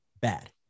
bad